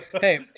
hey